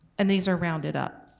and these are rounded up.